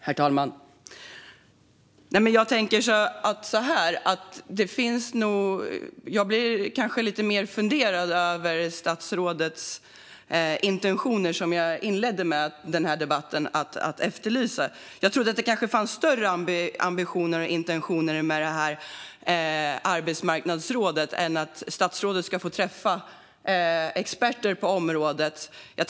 Herr talman! Jag blir mer fundersam över statsrådets intentioner, vilka jag inledde den här debatten med att efterlysa. Jag trodde att det kanske fanns större ambitioner och intentioner med det här arbetsmarknadsrådet än att statsrådet ska få träffa experter på området.